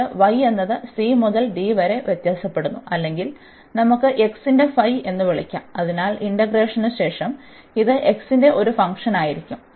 എന്നിട്ട് y എന്നത് c മുതൽ d വരെ വ്യത്യാസപ്പെടുന്നു അല്ലെങ്കിൽ നമുക്ക് x ന്റെ phi എന്ന് വിളിക്കാം അതിനാൽ ഇന്റഗ്രേഷനുശേഷം ഇത് x ന്റെ ഒരു ഫംഗ്ഷനായിരിക്കും